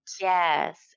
Yes